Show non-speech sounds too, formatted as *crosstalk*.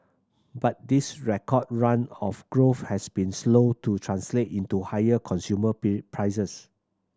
but this record run of growth has been slow to translate into higher consumer *unintelligible* prices